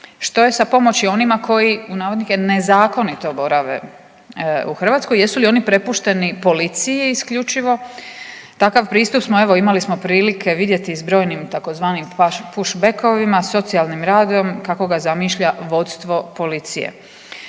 Što je sa pomoći onima koji u navodnike koji nezakonito borave u Hrvatskoj? Jesu li on prepušteni policiji isključivo? Takav pristup smo evo imali smo prilike vidjeti i s brojnim tzv. push backovima, socijalnim radom kako ga zamišlja vodstvo policije.